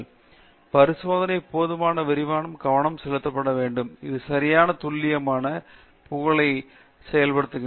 D திட்டத்தைத் தொடங்கும்போது பரிசோதனையில் போதுமான விரிவான கவனம் செலுத்தப்பட வேண்டும் இது சரியான துல்லியமான புகழைச் செய்யப்படுகிறது